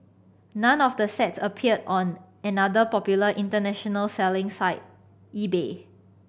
none of the sets appeared on another popular international selling site eBay